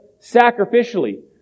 sacrificially